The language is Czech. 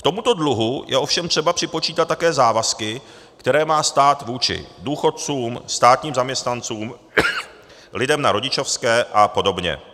K tomuto dluhu je ovšem třeba připočítat také závazky, které má stát vůči důchodcům, státním zaměstnancům, lidem na rodičovské a podobně.